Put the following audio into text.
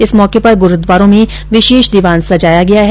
इस मौके पर गुरूद्वारों में विशेष दीवान सजाया गया है